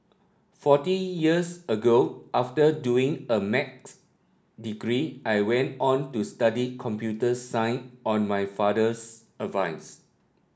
forty years ago after doing a Math's degree I went on to study computer science on my father's advice